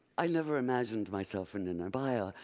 i never imagined myself in an abaya,